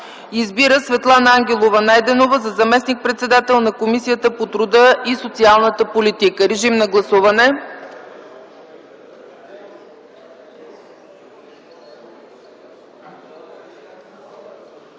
Избира Светлана Ангелова Найденова за заместник-председател на Комисията по труда и социалната политика.” Моля да гласуваме.